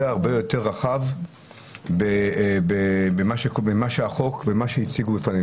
יותר רחב ממה שהחוק וממה שהציגו כאן.